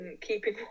keeping